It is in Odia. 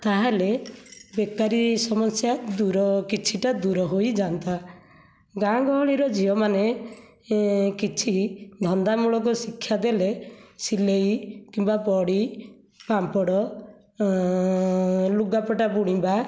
ତାହେଲେ ବେକାରୀ ସମସ୍ୟା ଦୂର କିଛିଟା ଦୂର ହୋଇ ଯାଆନ୍ତା ଗାଁ ଗହଳିର ଝିଅମାନେ କିଛି ଧନ୍ଦାମୂଳକ ଶିକ୍ଷା ଦେଲେ ସିଲେଇ କିମ୍ବା ବଡ଼ି ପାମ୍ପଡ଼ ଲୁଗା ପଟା ବୁଣିବା